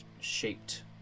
shaped